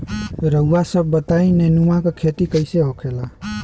रउआ सभ बताई नेनुआ क खेती कईसे होखेला?